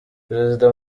perezida